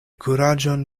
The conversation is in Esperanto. kuraĝon